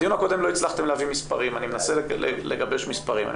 בדיון הקודם לא הצלחתם להביא מספרים ואני מנסה לגבש מספרים.